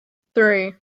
three